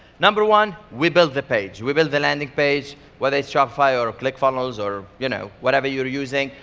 number one, we build the page. we build the landing page whether it's shopify or clickfunnels, or you know whatever you're using.